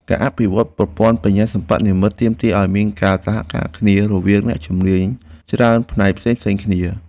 ការអភិវឌ្ឍប្រព័ន្ធបញ្ញាសិប្បនិម្មិតទាមទារឱ្យមានការសហការគ្នារវាងអ្នកជំនាញច្រើនផ្នែកផ្សេងៗគ្នា។